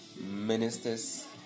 ministers